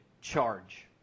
charge